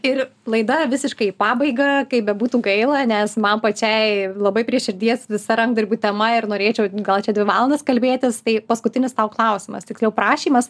ir laida visiškai į pabaigą kaip bebūtų gaila nes man pačiai labai prie širdies visa rankdarbių tema ir norėčiau gal čia dvi valandas kalbėtis tai paskutinis tau klausimas tiksliau prašymas